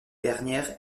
dernière